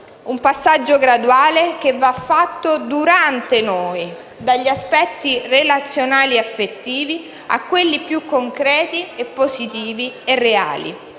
Un passaggio graduale che va fatto "durante noi", dagli aspetti relazionali ed affettivi a quelli più concreti, positivi e reali.